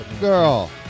girl